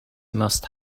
must